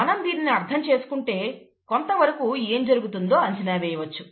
మనం దీనిని అర్థం చేసుకుంటే కొంతవరకు ఏం జరుగుతుందో అంచనా వేయవచ్చు